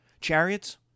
chariots